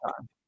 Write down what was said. time